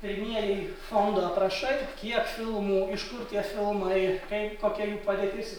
pirmieji fondo aprašai kiek filmų iš kur tie filmai kaip kokia jų padėtis